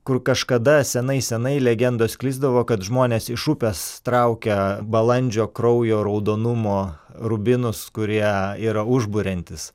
kur kažkada senai senai legendos sklisdavo kad žmonės iš upės traukia balandžio kraujo raudonumo rubinus kurie yra užburiantys